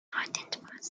identifies